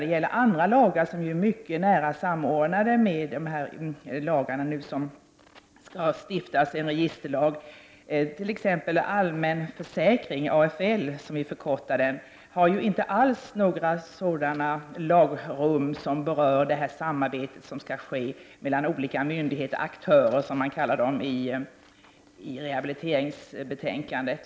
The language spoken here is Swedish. Det gäller andra lagar som är mycket nära samordnade med de lagar som skall stiftas. Det gäller t.ex. allmän försäkring, AFL, som ju inte alls har några lagrum som berör det samarbete som skall ske mellan olika myndigheter, dvs. aktörer som de kallas i rehabiliteringsbetänkandet.